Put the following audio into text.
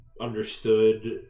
understood